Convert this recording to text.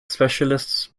specialists